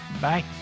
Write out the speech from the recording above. bye